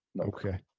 Okay